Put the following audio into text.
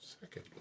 Second